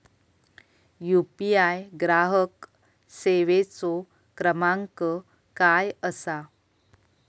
UPI ग्राहक सेवेचो क्रमांक काय असा?